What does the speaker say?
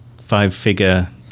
five-figure